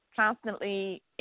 constantly